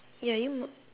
ya you